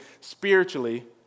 spiritually